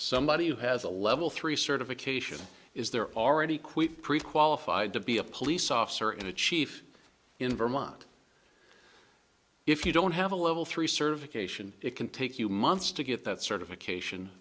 somebody who has a level three certification is there already quit pre qualified to be a police officer in a chief in vermont if you don't have a level three serve occasion it can take you months to get that certification